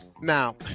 Now